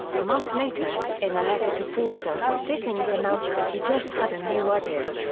a month later, in a letter to forster, dickens announced that he just had a new idea.